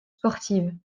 sportives